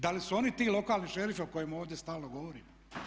Da li su oni ti lokalni šerifi o kojima ovdje stalno govorimo?